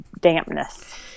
dampness